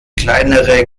kleinere